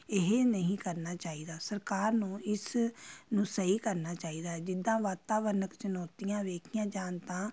ਇਹ ਨਹੀਂ ਕਰਨਾ ਚਾਹੀਦਾ ਸਰਕਾਰ ਨੂੰ ਇਸ ਨੂੰ ਸਹੀ ਕਰਨਾ ਚਾਹੀਦਾ ਜਿੱਦਾਂ ਵਾਤਾਵਰਨਕ ਚੁਣੌਤੀਆਂ ਦੇਖੀਆਂ ਜਾਣ ਤਾਂ